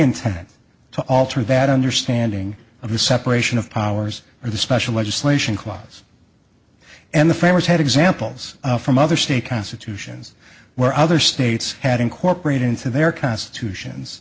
intent to alter that understanding of the separation of powers or the special legislation clause and the framers had examples from other state constitutions where other states had incorporated into their constitutions